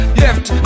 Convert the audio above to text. left